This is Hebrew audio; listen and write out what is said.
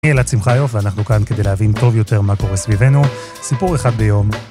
אני אלעד שמחאיוף ואנחנו כאן כדי להבין טוב יותר מה קורה סביבנו, סיפור אחד ביום.